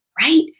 right